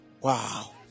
Wow